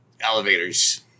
elevators